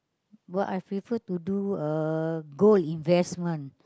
but I prefer to do uh gold investment